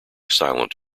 silent